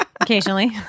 occasionally